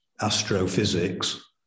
astrophysics